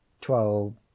Twelve